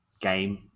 game